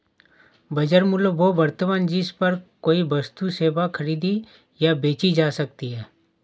बाजार मूल्य वह वर्तमान जिस पर कोई वस्तु सेवा खरीदी या बेची जा सकती है